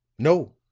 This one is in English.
no,